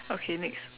okay next